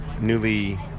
newly